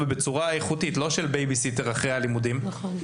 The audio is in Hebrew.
ולכן כיום,